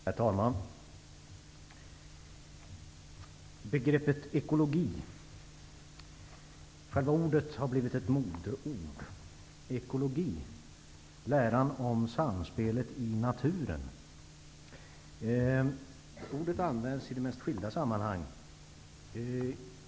Herr talman! Själva ordet ekologi har blivit ett modeord. Ekologi, läran om samspelet i naturen. Ordet används i de mest skilda sammanhang.